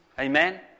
Amen